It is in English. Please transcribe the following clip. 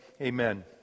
amen